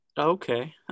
Okay